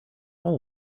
all